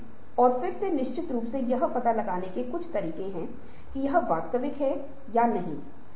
और संगठन की ओर अधिक संसाधन की आवश्यकता हो सकती है